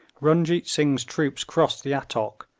runjeet singh's troops crossed the attock,